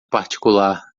particular